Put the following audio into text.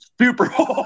Super